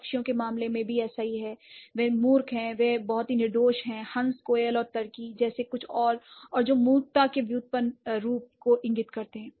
पक्षियों के मामले में भी ऐसा ही है वे बहुत ही निर्दोष हैं हंस कोयल और टर्की जैसे कुछ और जो मूर्खता के व्युत्पन्न रूप को इंगित करते हैं